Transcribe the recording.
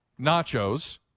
nachos